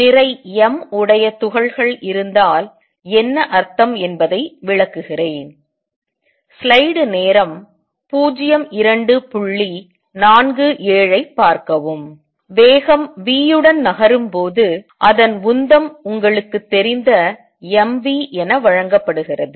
நிறை m உடைய துகள்கள் இருந்தால் என்ன அர்த்தம் என்பதை விளக்குகிறேன் வேகம் v உடன் நகரும் போது அதன் உந்தம் உங்களுக்கு தெரிந்த m v என வழங்கப்படுகிறது